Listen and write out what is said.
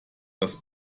das